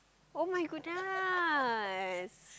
[oh]-my-goodness